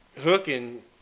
hooking